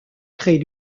crée